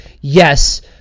Yes